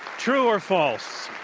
true or false,